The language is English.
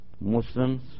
Muslims